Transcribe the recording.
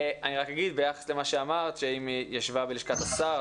אני רק אגיד ביחס למה שאמרת שאם היא ישבה בלשכת השר,